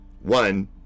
one